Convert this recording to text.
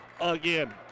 Again